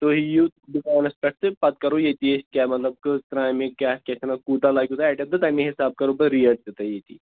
تُہۍ یِیِو دُکانَس پٮ۪ٹھ تہٕ پَتہٕ کَرو ییٚتی أسۍ کیٛاہ مطلب کٔژ ترٛامہِ کیٛاہ کیٛاہ چھِ وَنان کوٗتاہ لگوٕ تۄہہِ ایٹم تہٕ تَمے حِساب کَرو بہٕ ریٹ تہِ تۄہہِ ییٚتی